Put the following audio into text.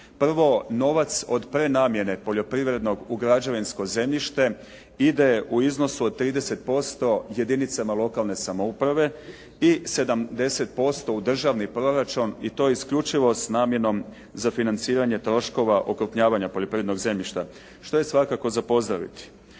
Prvo, novac od prenamjene poljoprivrednog u građevinsko zemljište ide u iznosu od 30% jedinicama lokalne samouprave i 70% u državni proračun i to isključivo s namjenom za financiranje troškova okrupnjavanja poljoprivrednog zemljišta što je svakako za pozdraviti.